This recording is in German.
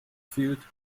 fehlt